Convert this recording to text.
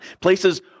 Places